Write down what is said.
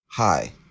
Hi